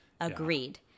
agreed